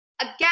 Again